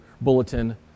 bulletin